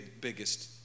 biggest